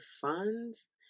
funds